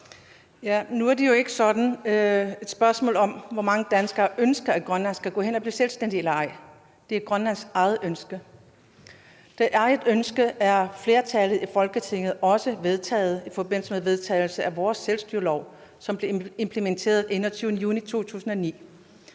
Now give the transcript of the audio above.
Nu er det jo ikke sådan et spørgsmål om, hvor mange danskere der ønsker, at Grønland skal gå hen og blive selvstændigt eller ej, det er Grønlands eget ønske. Det er ønsket af et flertal i Folketinget og også vedtaget i forbindelse med vedtagelsen af vores selvstyrelov, som blev implementeret den 21. juni 2009.